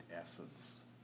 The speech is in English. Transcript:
essence